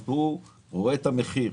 הוא רואה את המחיר.